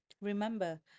remember